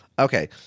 Okay